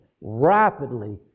rapidly